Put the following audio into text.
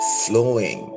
flowing